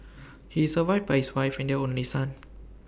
he is survived by his wife and their only son